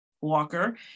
Walker